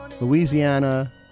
Louisiana